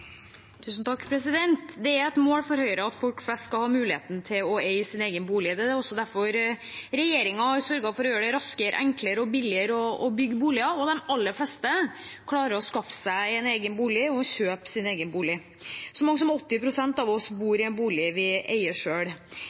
Det er et mål for Høyre at folk flest skal ha muligheten til å eie sin egen bolig. Det er også derfor regjeringen har sørget for å gjøre det raskere, enklere og billigere å bygge boliger. De aller fleste klarer å skaffe seg og kjøpe sin egen bolig. Så mange som 80 pst. av oss bor i en bolig vi eier